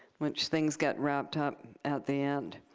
which things get wrapped up at the end.